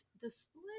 display